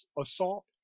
assault